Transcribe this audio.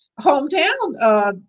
hometown